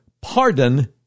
pardon